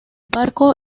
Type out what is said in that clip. barco